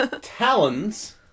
Talons